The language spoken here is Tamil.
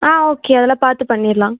ஆ ஓகே அதெல்லாம் பார்த்து பண்ணிடலாம்